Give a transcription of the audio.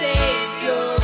Savior